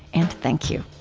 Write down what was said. and thank you